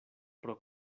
pro